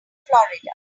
florida